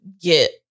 get